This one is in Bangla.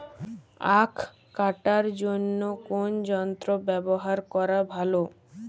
আঁখ কাটার জন্য কোন যন্ত্র ব্যাবহার করা ভালো?